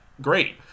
great